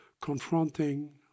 confronting